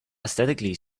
aesthetically